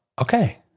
okay